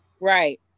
right